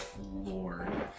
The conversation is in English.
lord